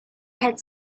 had